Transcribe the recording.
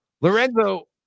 Lorenzo